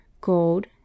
Gold